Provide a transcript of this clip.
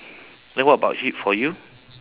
then what about y~ for you